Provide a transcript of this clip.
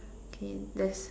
okay there's